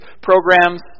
programs